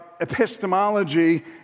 epistemology